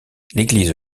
l’église